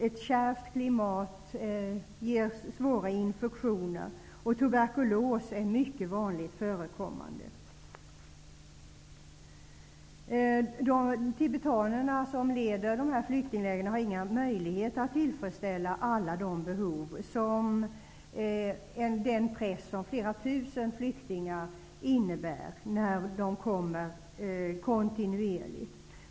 Ett kärvt klimat ger svåra infektioner, och tuberkulos är mycket vanligt förekommande. De tibetaner som leder dessa flyktingläger har inga möjligheter att tillfredsställa behoven, med den press som flera tusen flyktingar innebär när de kommer kontinuerligt.